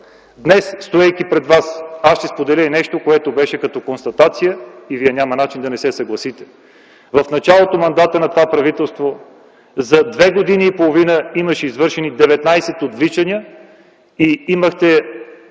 днес, стоейки пред вас, аз ще споделя и нещо, което беше като констатация, и вие няма начин да не се съгласите. В началото на мандата на това правителство, за две години и половина имаше извършени 12 отвличания и имахте